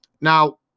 Now